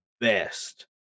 best